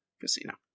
casino